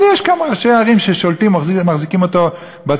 אבל יש כמה ראשי ערים ששולטים ומחזיקים אותו בצוואר,